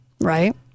Right